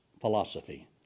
philosophy